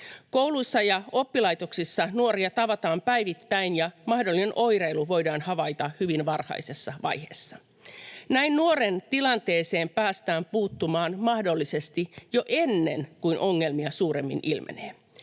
Kouluissa ja oppilaitoksissa nuoria tavataan päivittäin ja mahdollinen oireilu voidaan havaita hyvin varhaisessa vaiheessa. Näin nuoren tilanteeseen päästään puuttumaan mahdollisesti jo ennen kuin ongelmia suuremmin ilmenee.